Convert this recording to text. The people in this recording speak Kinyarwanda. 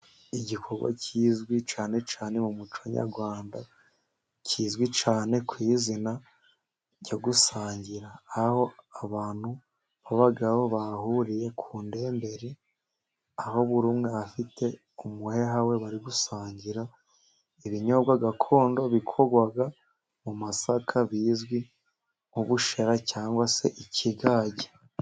Igikorwa kizwi cyane cyane mu muco nyarwanda, kizwi cyane kw'izina ryo gusangira, aho abantu babagaho bahuriye ku ndemberi aho buri umwe afite umuheha we, bari gusangira ibinyobwa gakondo bikorwa mu masaka bizwi nk'ubushera cyangwa se ikigage.